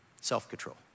Self-control